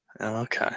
okay